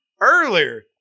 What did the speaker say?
earlier